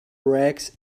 rags